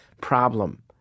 problem